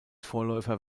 vorläufer